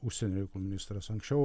užsienio reikalų ministras anksčiau